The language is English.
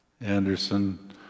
Anderson